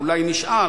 או אולי נשאל,